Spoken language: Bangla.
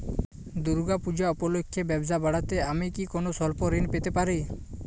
দূর্গা পূজা উপলক্ষে ব্যবসা বাড়াতে আমি কি কোনো স্বল্প ঋণ পেতে পারি?